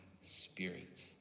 spirit